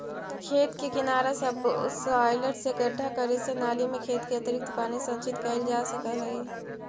खेत के किनारा सबसॉइलर से गड्ढा करे से नालि में खेत के अतिरिक्त पानी संचित कइल जा सकऽ हई